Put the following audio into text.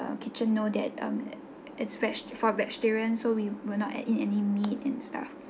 kitchen know that um it's veg~ for vegetarian so we will not add in any meat and stuff